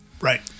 Right